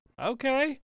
Okay